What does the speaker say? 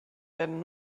werden